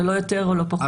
ולא יותר או לא פחות.